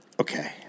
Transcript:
Okay